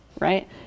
right